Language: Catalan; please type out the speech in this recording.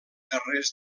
carrers